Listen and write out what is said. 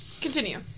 continue